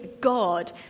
God